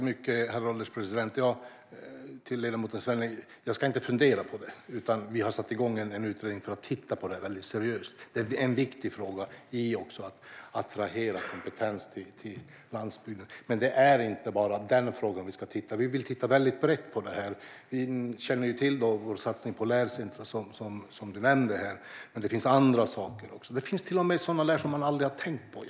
Herr ålderspresident! Jag ska inte fundera på det, ledamot Svenneling, utan vi har satt igång en utredning för att väldigt seriöst titta på detta. Det är även en viktig fråga när det gäller att attrahera kompetens till landsbygden. Det är dock inte bara den frågan vi ska titta på, utan vi vill titta väldigt brett på detta. Ett exempel är vår satsning på lärcentrum, som du nämnde, men det finns även andra saker. Det finns till och med sådant som man egentligen aldrig har tänkt på.